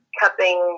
cupping